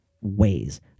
ways